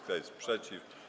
Kto jest przeciw?